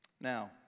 Now